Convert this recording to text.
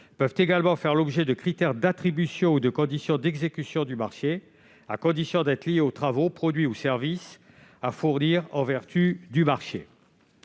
peuvent également faire l'objet de critères d'attribution ou de conditions d'exécution du marché, à condition d'être liées aux travaux, produits ou services à fournir en vertu du marché